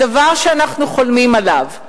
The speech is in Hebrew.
הדבר שאנחנו חולמים עליו,